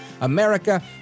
America